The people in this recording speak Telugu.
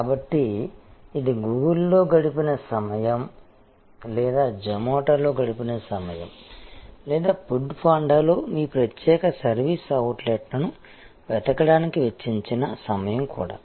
కాబట్టి ఇది గూగుల్లో గడిపిన సమయం లేదా జొమాటోలో గడిపిన సమయం లేదా ఫుడ్ పాండాలో మీ ప్రత్యేక సర్వీస్ అవుట్లెట్ని వెతకడానికి వెచ్చించిన సమయం కూడా